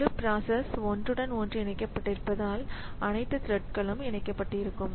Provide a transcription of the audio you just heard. முழு பிராசஸ் ஒன்றுடன் ஒன்று இணைக்கப்பட்டிருப்பதால் அனைத்து த்ரெட்களும் இணைக்கப்பட்டிருக்கும்